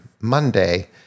Monday